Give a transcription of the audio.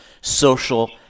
social